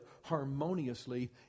harmoniously